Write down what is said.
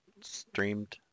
streamed